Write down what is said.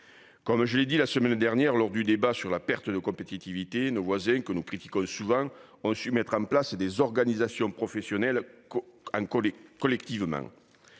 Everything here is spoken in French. ». Je l'ai dit la semaine dernière lors du débat sur la perte de compétitivité, nos voisins, que nous critiquons souvent, ont su mettre en place des organisations professionnelles collectives.